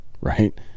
right